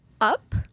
up